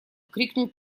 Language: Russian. крикнул